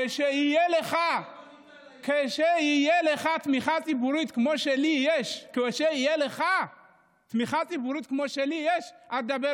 כשתהיה לך תמיכה ציבורית כמו שלי יש, דבר איתי.